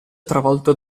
travolto